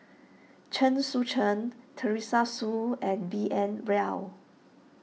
Chen Sucheng Teresa Hsu and B N Rao